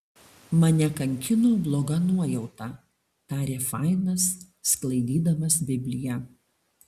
mane kankino bloga nuojauta tarė fainas sklaidydamas bibliją